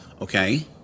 Okay